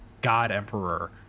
god-emperor